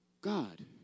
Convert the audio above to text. God